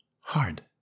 hard